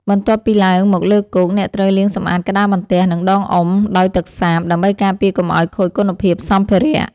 បន្ទាប់ពីឡើងមកលើគោក អ្នកត្រូវលាងសម្អាតក្តារបន្ទះ និងដងអុំដោយទឹកសាប ដើម្បីការពារកុំឱ្យខូចគុណភាពសម្ភារៈ។